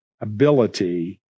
ability